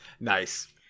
Nice